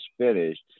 finished